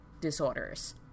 disorders